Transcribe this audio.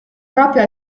proprio